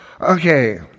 Okay